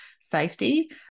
safety